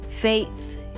faith